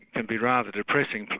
and be rather depressing. like